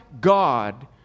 God